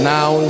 Now